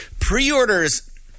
pre-orders